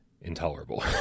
intolerable